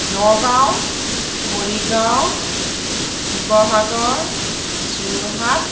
Nagaon Morigaon Sivasagar Jorhat